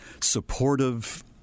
supportive